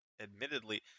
admittedly